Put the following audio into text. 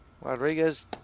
Rodriguez